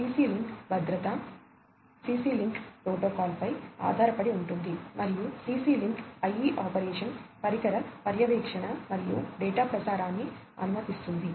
CC link భద్రత CC link ప్రోటోకాల్పై ఆధారపడి ఉంటుంది మరియు CC లింక్ IE ఆపరేషన్ పరికర పర్యవేక్షణ మరియు డేటా ప్రసారాన్ని అనుమతిస్తుంది